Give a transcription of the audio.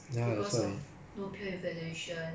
you have to live with it lor no choice lor